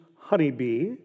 honeybee